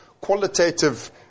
qualitative